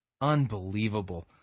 Unbelievable